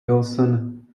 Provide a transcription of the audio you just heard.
wilson